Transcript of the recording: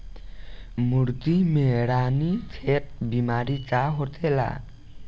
मुर्गी में रानीखेत बिमारी का होखेला?